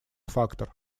фактор